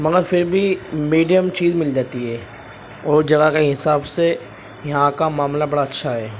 مگر پھر بھی میڈیم چیز مل جاتی ہے اور جگہ کے حساب سے یہاں کا معاملہ بڑا اچھا ہے